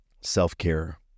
self-care